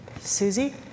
Susie